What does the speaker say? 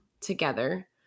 together